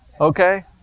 Okay